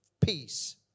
Peace